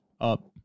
Up